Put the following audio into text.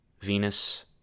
Venus—